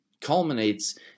culminates